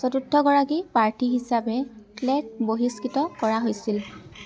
চতুৰ্থগৰাকী প্ৰাৰ্থী হিচাপে ক্লে'ক বহিষ্কৃত কৰা হৈছিল